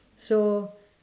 so